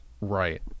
Right